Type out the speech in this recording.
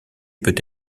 peut